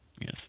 yes